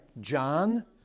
John